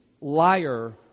liar